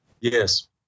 Yes